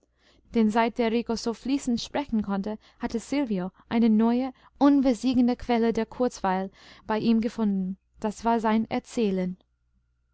denn seit der rico so fließend sprechen konnte hatte silvio eine neue unversiegende quelle der kurzweil bei ihm gefunden das war sein erzählen